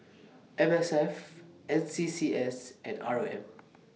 M S F N C C S and R O M